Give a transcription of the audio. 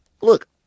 look